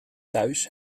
thuis